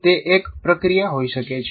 તે એક પ્રક્રિયા હોઈ શકે છે